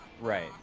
Right